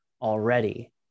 already